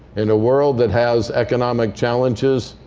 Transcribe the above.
in a world that has economic challenges,